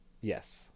Yes